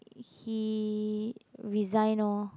he resign lor